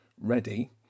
ready